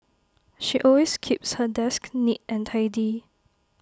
she always keeps her desk neat and tidy